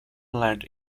length